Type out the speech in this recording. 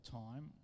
time